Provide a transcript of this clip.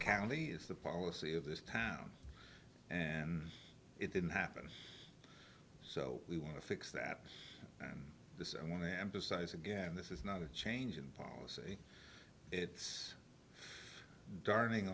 county is the policy of this town and it didn't happen so we want to fix that and i want to emphasize again this is not a change in policy it's darning